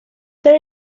there